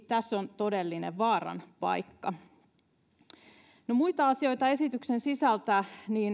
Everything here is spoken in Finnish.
tässä on todellinen vaaran paikka no muita asioita esityksen sisältä